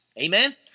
Amen